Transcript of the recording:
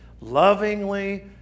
lovingly